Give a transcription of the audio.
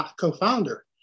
Co-founder